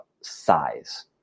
size